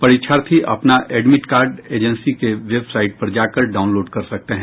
परीक्षार्थी अपना admit card agency के वेबसाइट पर जाकर डाउनलोड कर सकते हैं